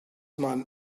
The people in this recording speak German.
man